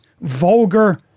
vulgar